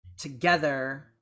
together